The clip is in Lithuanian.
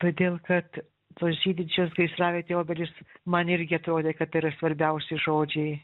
todėl kad tos žydinčios gaisravietėj obelys man irgi atrodė kad yra svarbiausi žodžiai